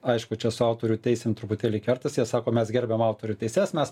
aišku čia su autorių teisėm truputėlį kertasi jie sako mes gerbiam autorių teises mes